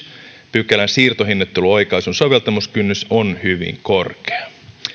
pykälän siirtohinnoitteluoikaisun soveltamiskynnys on hyvin korkea